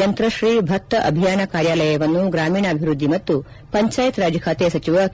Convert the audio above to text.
ಯಂತ್ರಶ್ರೀ ಭತ್ತ ಅಭಿಯಾನ ಕಾರ್ಯಾಲಯವನ್ನು ಗ್ರಾಮೀಣಾಭಿವೃದ್ಧಿ ಮತ್ತು ಪಂಚಾಯತರಾಜ್ ಖಾತೆ ಸಚಿವ ಕೆ